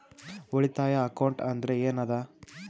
ಉಳಿತಾಯ ಅಕೌಂಟ್ ಅಂದ್ರೆ ಏನ್ ಅದ?